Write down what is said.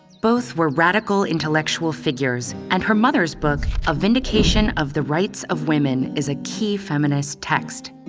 both were radical intellectual figures, and her mother's book, a vindication of the rights of women, is a key feminist text.